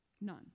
None